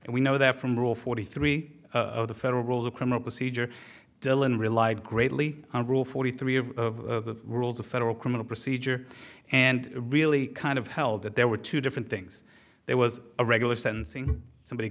and we know that from rule forty three of the federal rules of criminal procedure dylan relied greatly on rule forty three of the rules of federal criminal procedure and really kind of held that there were two different things there was a regular sentencing somebody